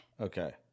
Okay